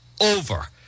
over